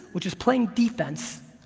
which is playing defense,